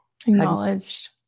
acknowledged